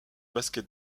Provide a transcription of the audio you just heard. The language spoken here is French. basket